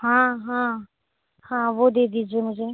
हाँ हाँ हाँ वह दे दीजिए मुझे